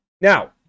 Now